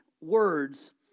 words